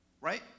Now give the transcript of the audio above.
right